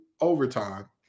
overtime